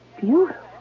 beautiful